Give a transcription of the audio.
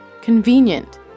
Convenient